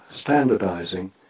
standardizing